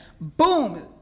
Boom